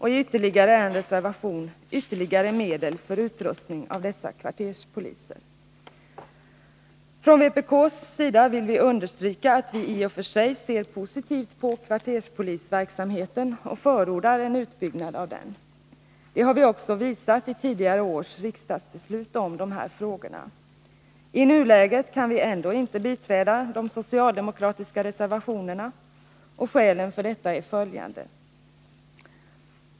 I den andra föreslås medel för utrustning av dessa kvarterspoliser. Från vpk:s sida vill vi understryka att vi i och för sig ser positivt på kvarterspolisverksamheten och förordar en utbyggnad av denna. Det har vi också visat i tidigare års riksdagsbeslut om de här frågorna. I nuläget kan vi ändå inte biträda de socialdemokratiska reservationerna. Skälen för detta är följande.